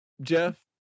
Jeff